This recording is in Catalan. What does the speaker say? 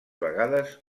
vegades